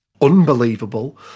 unbelievable